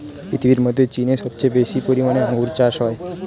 পৃথিবীর মধ্যে চীনে সবচেয়ে বেশি পরিমাণে আঙ্গুর চাষ হয়